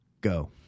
go